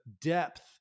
depth